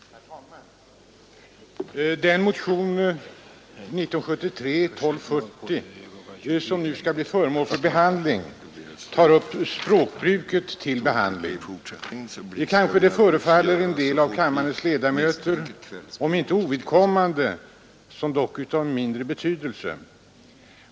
Herr talman! Den motion — 1973:1240 — som nu skall bli föremål för behandling tar upp språkbruket. Kanske det förefaller en del av kammarens ledamöter vara om inte ovidkommande så dock av mindre betydelse.